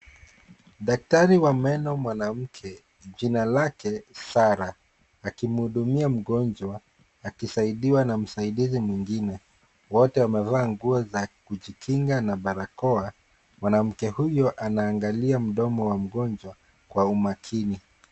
Daktari wa meno mwanamke; jina lake Sarah akimhudumia mgonjwa akisaidiwa na msaidizi mwingine, wote wamevaa nguo za kujikinga na barakoa. Mwanamke huyo anaangalia mdomo wa mgonjwa kwa umakini.